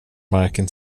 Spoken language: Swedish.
marken